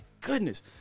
goodness